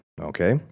okay